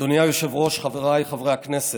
אדוני היושב-ראש, חבריי חברי הכנסת,